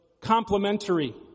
complementary